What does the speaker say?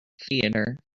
theatres